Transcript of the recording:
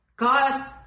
God